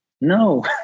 no